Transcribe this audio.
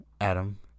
Adam